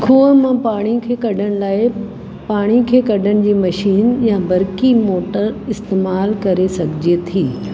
खूअ मां पाणीअ खे कढण लाए पाणआ खे कढण जी मशीन या बरकी मोटर इस्तेमालु करे सघिजे थी